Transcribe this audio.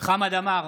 חמד עמאר,